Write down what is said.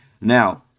now